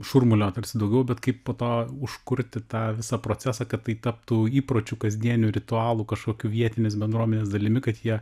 šurmulio tarsi daugiau bet kaip po to užkurti tą visą procesą kad tai taptų įpročiu kasdieniu ritualu kažkokiu vietinės bendruomenės dalimi kad jie